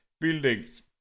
buildings